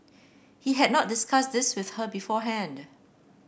he had not discussed this with her beforehand